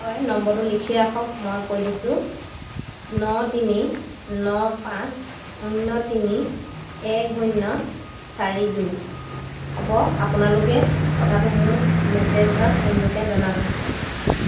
হয় নম্বৰটো লিখি ৰাখক মই কৈ দিছোঁ ন তিনি ন পাঁচ শূন্য তিনি এক শূন্য চাৰি দুই হ'ব আপোনালোকে কথাটো মোক মেছেজ বা ফোনযোগে জনাব